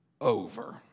over